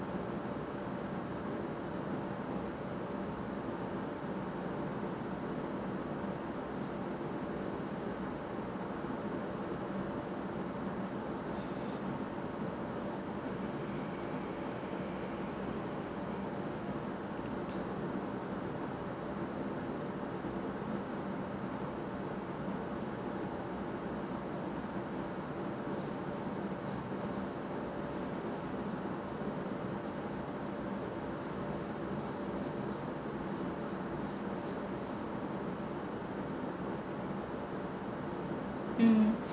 mm